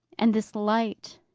and this light,